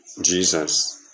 Jesus